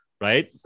Right